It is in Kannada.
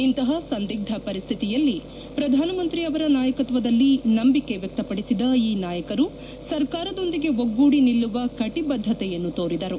ಇಂತಪ ಸಂದಿಗ್ಧ ಪರಿಶ್ಥಿತಿಯಲ್ಲಿ ಪ್ರಧಾನಮಂತ್ರಿ ಅವರ ನಾಯಕತ್ವದಲ್ಲಿ ನಂಬಿಕೆ ವ್ವಕ್ತಪಡಿಸಿದ ಈ ನಾಯಕರು ಸರ್ಕಾರದೊಂದಿಗೆ ಒಗ್ಗೂಡಿ ನಿಲ್ಲುವ ಕಟಿಬದ್ಧತೆಯನ್ನು ತೋರಿದರು